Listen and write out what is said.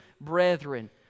brethren